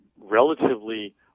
relatively